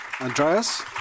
Andreas